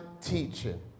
teaching